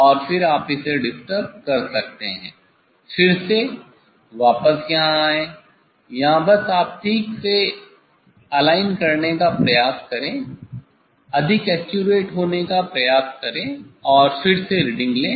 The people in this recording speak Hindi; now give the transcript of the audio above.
और फिर आप इसे डिस्टर्ब कर सकते हैं फिर से वापस यहाँ आएं या बस आप ठीक से संरेखित करने का प्रयास करें अधिक एक्यूरेट होने का प्रयास करें और फिर से रीडिंग लें